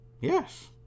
Yes